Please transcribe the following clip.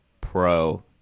Pro